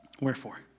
Wherefore